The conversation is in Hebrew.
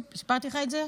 סיפרתי לך את זה?